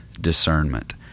discernment